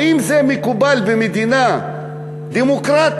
האם זה מקובל במדינה דמוקרטית,